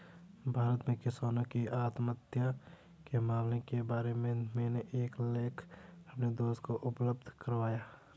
भारत में किसानों की आत्महत्या के मामलों के बारे में मैंने एक लेख अपने दोस्त को उपलब्ध करवाया